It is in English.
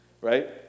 Right